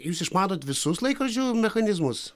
jūs išmanot visus laikrodžių mechanizmus